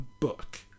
book